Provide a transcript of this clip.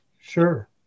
Sure